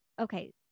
okay